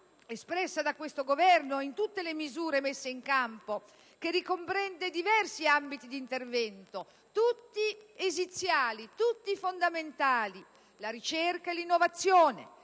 espressa da questo Governo in tutte le misure messe in campo, che ricomprende diversi ambiti di intervento, tutti esiziali, tutti fondamentali: la ricerca e l'innovazione,